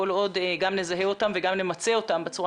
וכל עוד גם נזהה אותם וגם נמצה אותם בצורה